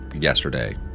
yesterday